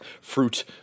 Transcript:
fruit